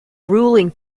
ruling